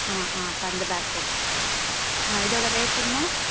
ஆ ஆ அப்போ அந்த பேக் ஓகே ஆ இதோடய ரேட் என்ன